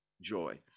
joy